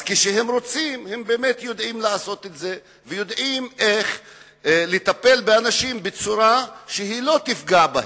אז כשהם רוצים הם יודעים איך לטפל באנשים בצורה שלא תפגע בהם,